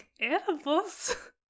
animals